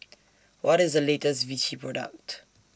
What IS The latest Vichy Product